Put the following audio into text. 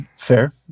fair